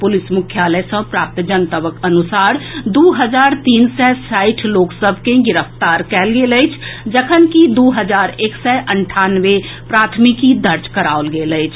police मुख्यालय सँ प्राप्त जनतबक अनुसार दू हजार तीन सय साठि लोक सभ के गिरफ्तार कएल गेल अछि जखनकि दू हजार एक सय अंठानवे प्राथमिकी दर्ज कराओल गेल अछि